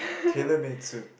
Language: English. tailor made suit